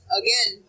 again